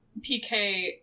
PK